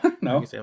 no